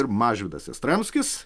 ir mažvydas jastramskis